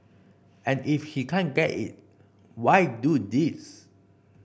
and if he can't get it why do this